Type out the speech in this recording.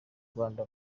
rwanda